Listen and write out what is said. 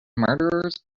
murderers